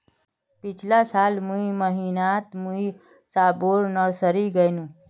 पिछला साल मई महीनातमुई सबोर नर्सरी गायेनू